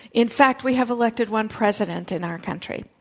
in fact, we have elected one president in our country.